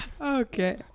Okay